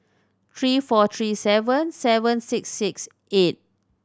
three four three seven seven six six eight